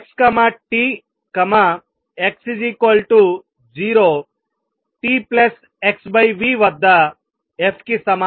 x t x0t x v వద్ద f కి సమానం